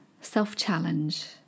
self-challenge